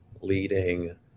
leading